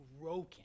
broken